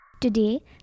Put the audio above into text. Today